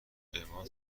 اِما